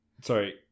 Sorry